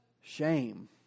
shame